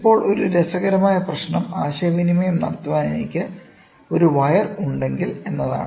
ഇപ്പോൾ ഒരു രസകരമായ പ്രശ്നം ആശയവിനിമയം നടത്താൻ എനിക്ക് ഒരു വയർ ഉണ്ടെങ്കിൽ എന്നതാണ്